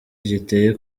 giteye